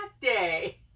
day